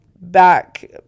back